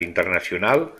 internacional